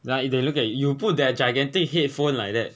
like they look at you put that gigantic headphone like that